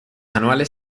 anuales